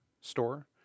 store